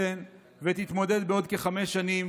ותתמודד בעוד כחמש שנים